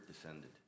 descended